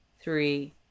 three